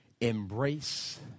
Embrace